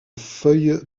feuilles